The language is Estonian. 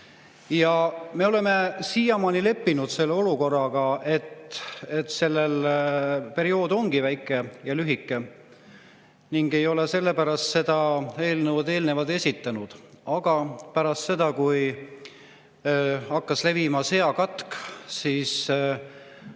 Ja me oleme siiamaani leppinud selle olukorraga, et see periood ongi väike ja lühike, ning ei ole sellepärast seda eelnõu eelnevalt esitanud. Aga pärast seda, kui hakkas levima seakatk, asusid